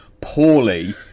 poorly